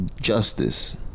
justice